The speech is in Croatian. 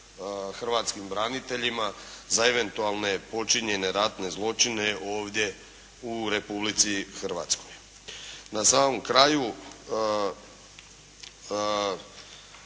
hrvatskim braniteljima za eventualne počinjene ratne zločine ovdje u Republici Hrvatskoj. Na samom kraju